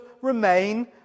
remain